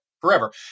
forever